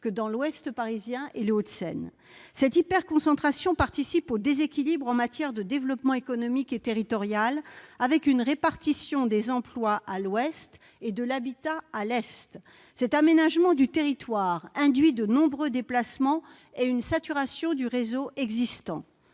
que dans l'Ouest parisien et les Hauts-de-Seine. Cette hyperconcentration participe au déséquilibre en matière de développement économique et territorial, avec une répartition des emplois à l'ouest et de l'habitat à l'est. Cet aménagement du territoire induit de nombreux déplacements et une saturation du réseau existant.